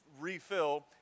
refill